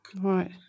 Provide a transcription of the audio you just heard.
right